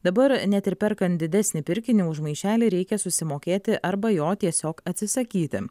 dabar net ir perkant didesnį pirkinį už maišelį reikia susimokėti arba jo tiesiog atsisakyti